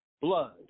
blood